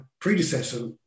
predecessor